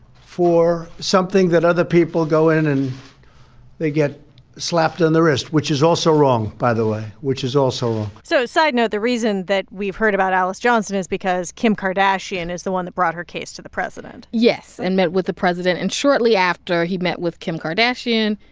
for something that other people go in, and they get slapped on and the wrist which is also wrong, by the way, which is also wrong so side note, the reason that we've heard about alice johnson is because kim kardashian is the one that brought her case to the president yes and met with the president. and shortly after he met with kim kardashian,